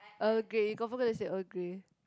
Earl Grey you confirm gonna say Earl Grey